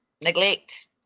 neglect